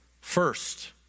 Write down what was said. First